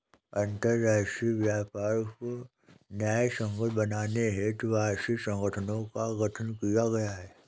अंतरराष्ट्रीय व्यापार को न्यायसंगत बनाने हेतु आर्थिक संगठनों का गठन किया गया है